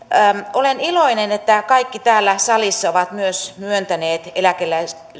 olen iloinen että kaikki täällä salissa ovat myös myöntäneet